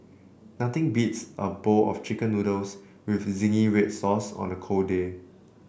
nothing beats a bowl of chicken noodles with zingy red sauce on a cold day